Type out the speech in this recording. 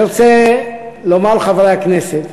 אני רוצה לומר לחברי הכנסת